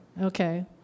okay